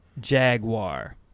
jaguar